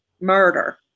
murder